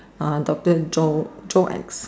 uh doctor Joe Joe X